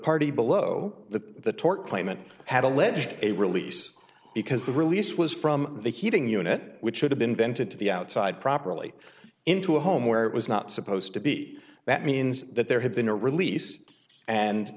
party below the claimant had alleged a release because the release was from the heating unit which should have been vented to the outside properly into a home where it was not supposed to be that means that there had been a release and